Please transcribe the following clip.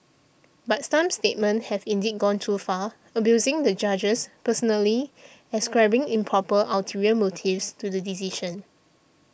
but some statements have indeed gone too far abusing the judges personally ascribing improper ulterior motives to the decision